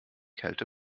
kälte